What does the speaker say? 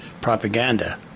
propaganda